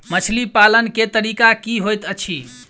मछली पालन केँ तरीका की होइत अछि?